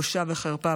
בושה וחרפה.